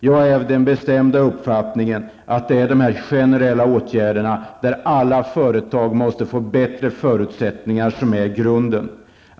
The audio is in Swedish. Jag är av den bestämda uppfattningen att det är de generella åtgärderna, att alla företag måste få bättre förutsättningar, som är grunden.